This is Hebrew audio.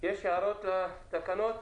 הערות לתקנות?